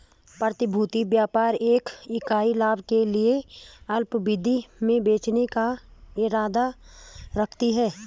प्रतिभूति व्यापार एक इकाई लाभ के लिए अल्पावधि में बेचने का इरादा रखती है